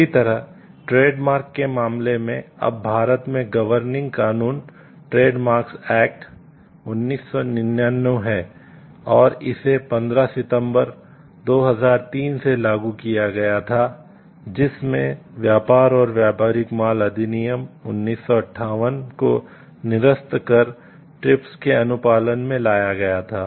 इसी तरह ट्रेडमार्क के अनुपालन में लाया गया था